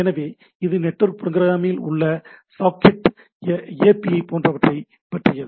எனவே இது network programming அல்லது சாக்கெட் ஏபிஐகள் போன்றவற்றைப் பற்றியது